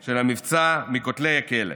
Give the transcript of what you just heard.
של המבצע, מבין כותלי הכלא: